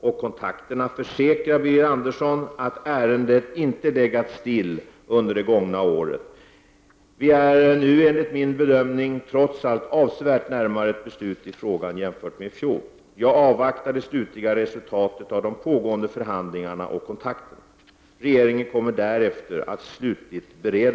Är statsministern beredd att medverka till att dessa oklarheter undanröjs, att de löften som regeringen vid flera tillfällen givit blir infriade och att klara och positiva besked omgående kommer såväl länet som dess innevånare till del?